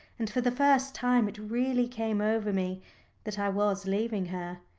and for the first time it really came over me that i was leaving her.